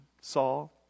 Saul